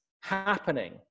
happening